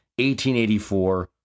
1884